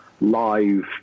live